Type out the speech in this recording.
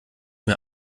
mir